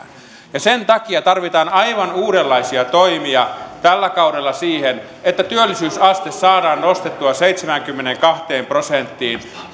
sen takia tarvitaan aivan uudenlaisia toimia tällä kaudella siihen että työllisyysaste saadaan nostettua seitsemäänkymmeneenkahteen prosenttiin